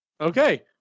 Okay